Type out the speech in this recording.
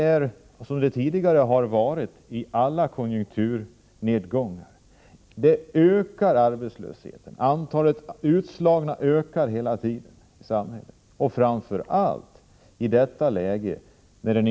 Genom erfarenhet från alla konjunkturnedgångar vet vi att dessa skapar ökad arbetslöshet och ett ökat antal utslagna i samhället.